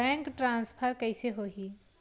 Bank transfer कइसे होही?